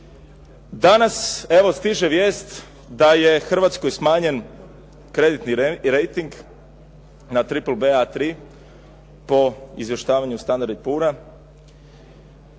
Danas evo stiže vijest, da je Hrvatskoj smanjen kreditni rejting na Triple BA3 po izvještavanju "Standard & Poor".